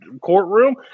courtroom